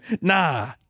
Nah